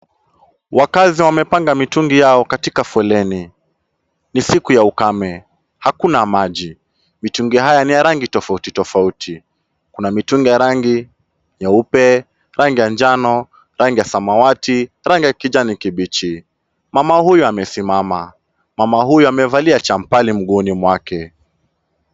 Wakazi wamepanga mitungi yao katika foleni. Ni siku ya ukame, hakuna maji. Mitungi haya ni ya rangi tofauti tofauti. Kuna mitungi ya rangi nyeupe, rangi ya njano, rangi ya samawati, rangi ya kijani kibichi. Mama huyu amesimama. Mama huyu amevalia champali mguuni mwake.